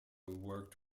worked